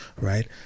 Right